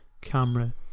camera